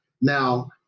now